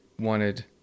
wanted